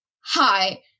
hi